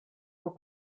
for